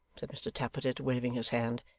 said mr tappertit, waving his hand.